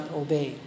obey